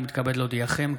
אני מתכבד להודיעכם,